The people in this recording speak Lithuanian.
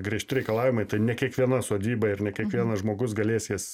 griežti reikalavimai tai ne kiekviena sodyba ir ne kiekvienas žmogus galės jas